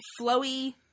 flowy